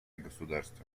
государство